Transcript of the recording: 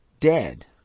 dead